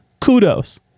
kudos